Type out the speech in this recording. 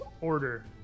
order